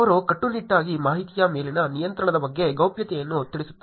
ಅವರು ಕಟ್ಟುನಿಟ್ಟಾಗಿ ಮಾಹಿತಿಯ ಮೇಲಿನ ನಿಯಂತ್ರಣದ ಬಗ್ಗೆ ಗೌಪ್ಯತೆಯನ್ನು ತಿಳಿಸುತ್ತಾರೆ